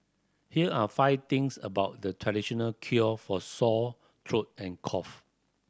here are five things about the traditional cure for sore throat and cough